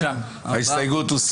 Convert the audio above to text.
הצבעה ההסתייגות לא התקבלה.